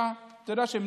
את יודעת, שהם